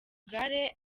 gare